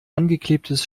angeklebtes